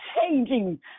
changing